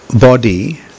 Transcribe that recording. body